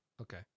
okay